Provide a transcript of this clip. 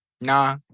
Nah